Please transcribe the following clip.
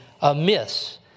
amiss